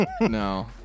no